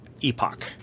epoch